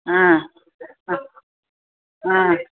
ह ह